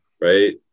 right